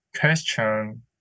question